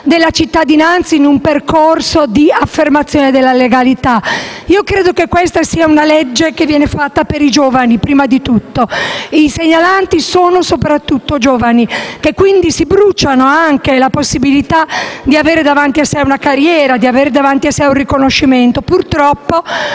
della cittadinanza in un percorso di affermazione della legalità. Credo che questa sia una legge fatta prima di tutto per i giovani. I segnalanti sono soprattutto giovani, che quindi si bruciano anche la possibilità di avere davanti una carriera o un riconoscimento. Purtroppo